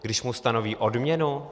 Když mu stanoví odměnu?